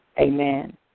Amen